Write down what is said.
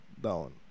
down